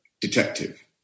detective